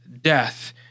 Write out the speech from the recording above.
Death